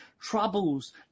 troubles